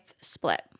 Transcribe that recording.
split